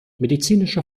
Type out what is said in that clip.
medizinische